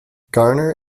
garner